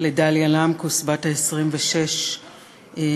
לדליה למקוס בת ה-26 מתקוע,